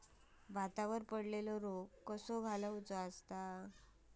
भातावर पडलेलो रोग कसो घालवायचो?